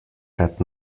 had